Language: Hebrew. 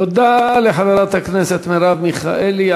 תודה לחברת הכנסת מרב מיכאלי.